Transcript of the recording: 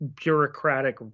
bureaucratic